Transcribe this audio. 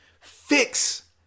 Fix